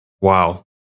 Wow